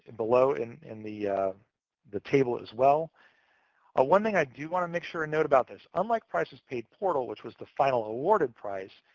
below in in the the table, as well. but ah one thing i do want to make sure and note about this. unlike prices paid portal, which was the final awarded price,